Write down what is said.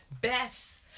best